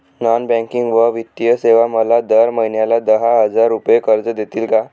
Non banking व वित्तीय सेवा मला दर महिन्याला दहा हजार रुपये कर्ज देतील का?